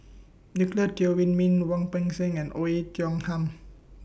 Nicolette Teo Wei Min Wu Peng Seng and Oei Tiong Ham